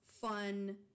fun